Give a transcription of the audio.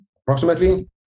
approximately